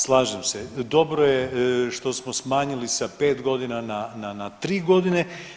Slažem se, dobro je što smo smanjili sa pet godina na 3 godine.